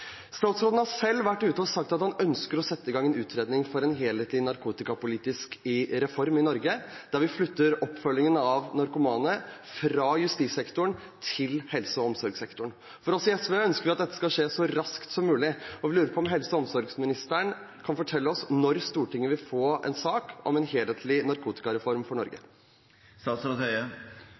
Statsråden har selv vært ute og sagt at han ønsker å sette i gang en utredning om en helhetlig narkotikapolitisk reform i Norge, der vi flytter oppfølgingen av narkomane fra justissektoren til helse- og omsorgssektoren. Vi i SV ønsker at dette skal skje så raskt som mulig, og vi lurer på om helse- og omsorgsministeren kan fortelle oss når Stortinget vil få en sak om en helhetlig narkotikareform